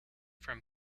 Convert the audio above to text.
from